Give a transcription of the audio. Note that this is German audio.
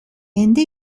ende